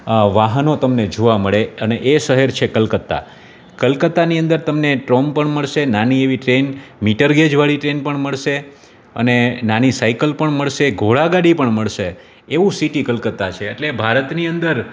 અ વાહનો તમને જોવા મળે અને એ શહેર છે કલકત્તા કલકત્તાની અંદર તમને ટ્રામ પણ મળશે નાની એવી ટ્રેન મીટર ગેજવાળી ટ્રેન પણ મળશે અને નાની સાઈકલ પણ મળશે ઘોડા ગાડી પણ મળશે એવું સિટી કલકત્તા છે એટલે ભારતની અંદર